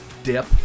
Dip